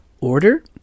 order